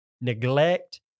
neglect